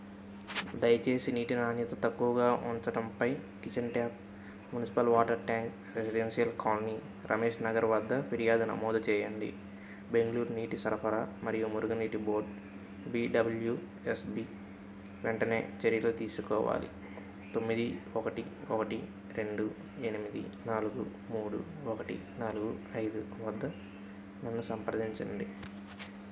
దయచేసి నీటి నాణ్యత తక్కువగా ఉంచటంపై kitchen tap municipal water tank residential colony Ramesh Nagar వద్ద ఫిర్యాదు నమోదు చేయండి బెంగళూర్ నీటి సరఫరా మరియు మురుగునీటి బోర్డ్ బిడబల్యూఎస్బి వెంటనే చర్యలు తీసుకోవాలి తొమ్మిది ఒకటి ఒకటి రెండు ఎనిమిది నాలుగు మూడు ఒకటి నాలుగు ఐదు వద్ద నన్ను సంప్రదించండి